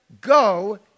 go